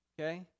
Okay